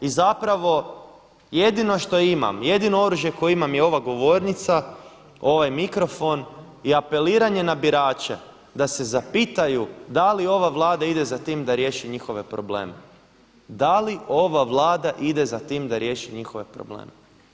I zapravo jedino što imam, jedino oružje koje imam je ova govornica, ovaj mikrofon i apeliranje birače da se zapitaju da li ova Vlada ide za tim da riješi njihove probleme, da li ova Vlada ide za tim da riješi njihove probleme?